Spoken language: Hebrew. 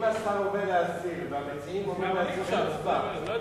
אם השר אומר להסיר והמציעים אומרים להסיר זו, מה,